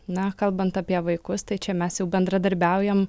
na kalbant apie vaikus tai čia mes jau bendradarbiaujam